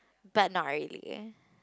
but not really